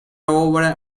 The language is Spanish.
obra